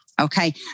Okay